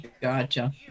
Gotcha